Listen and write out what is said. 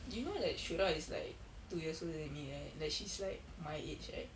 do you know that shura is like two years older than me right like she's like my age right